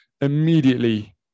immediately